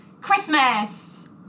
Christmas